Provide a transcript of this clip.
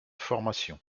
formation